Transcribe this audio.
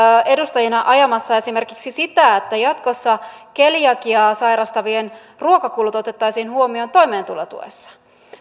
edustajana ajamassa esimerkiksi sitä että jatkossa keliakiaa sairastavien ruokakulut otettaisiin huomioon toimeentulotuessa